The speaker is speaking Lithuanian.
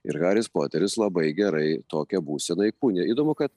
ir haris poteris labai gerai tokią būseną įkūnija įdomu kad